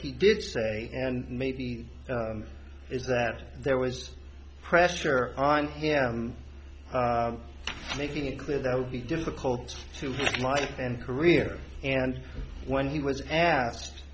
he did say and maybe is that there was pressure on him making it clear that would be difficult to life and career and when he was asked